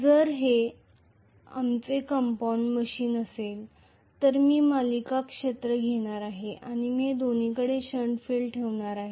जर हे आमचे कंपाऊंड मशीन असेल तर मी सिरीज क्षेत्र घेणार आहे आणि मी दोन्हीकडे शंट फील्ड ठेवणार आहे